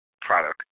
product